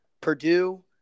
Purdue